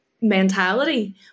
mentality